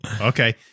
okay